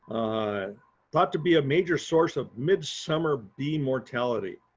ah thought to be a major source of midsummer bee mortality